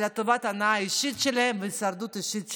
לטובת ההנאה האישית שלהם וההישרדות האישית שלהם.